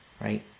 right